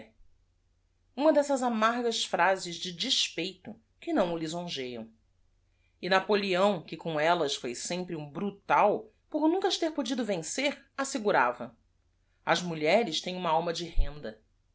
uma dessas amargas phrases de despeito que não o lisongeiam apoleo que còm ellas f o i sempre u m b r u t a l por nunca as ter podido vencer assegurava s mulheres t e m u m a alma de reuda